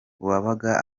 uwabaga